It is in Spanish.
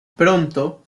pronto